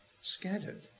scattered